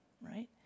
right